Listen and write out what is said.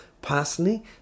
personally